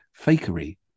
fakery